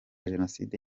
jenoside